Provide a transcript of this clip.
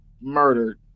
murdered